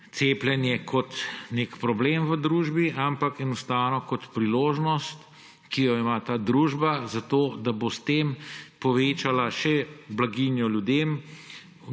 cepljenje kot nek problem v družbi, ampak enostavno kot priložnost, ki jo ima ta družba, zato da bo s tem povečala še blaginjo ljudem,